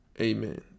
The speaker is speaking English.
Amen